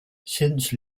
since